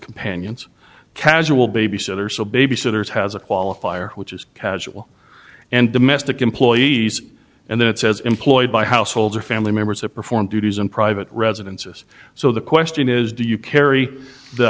companions casual babysitter so babysitters has a qualifier which is casual and domestic employees and then it says employed by household or family members or perform duties in private residences so the question is do you carry the